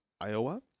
Iowa